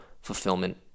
fulfillment